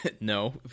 no